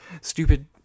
stupid